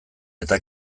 eta